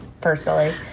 personally